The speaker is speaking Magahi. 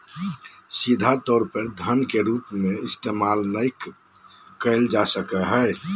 सीधा तौर पर धन के रूप में इस्तेमाल नय कइल जा सको हइ